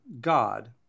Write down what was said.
God